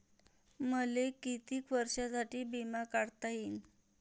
मले कितीक वर्षासाठी बिमा काढता येईन?